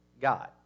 God